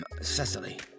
Cecily